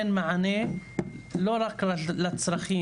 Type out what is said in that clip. רצינית ומעמיקה ולהגיע לתוצאות,